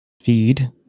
Feed